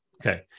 Okay